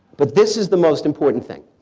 but this is the most important thing,